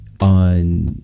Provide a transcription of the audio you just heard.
on